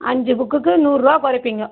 அஞ்சு புக்குக்கு நூற்ரூவா குறைப்பீங்க